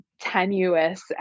tenuous